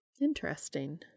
Interesting